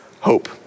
hope